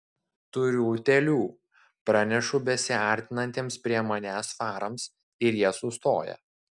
turiu utėlių pranešu besiartinantiems prie manęs farams ir jie sustoja